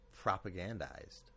propagandized